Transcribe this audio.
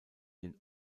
den